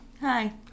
Hi